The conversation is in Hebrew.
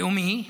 לאומי,